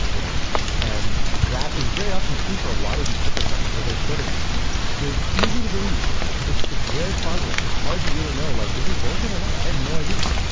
you know and that is very often true for a lot of these crypto startups. they're sort of they're easy to believe. it's it's very plausible. it's hard to really know. like is this bullshit or not? i have no idea.